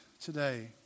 today